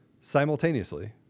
simultaneously